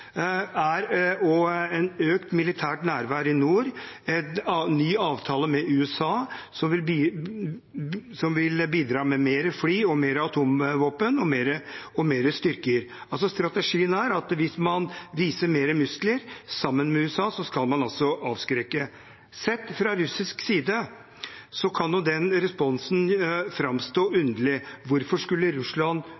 økt militært nærvær i nord, en ny avtale med USA, som vil bidra med flere fly, atomvåpen og styrker. Strategien er altså at hvis man viser mer muskler sammen med USA, skal man altså avskrekke. Sett fra russisk side kan jo den responsen framstå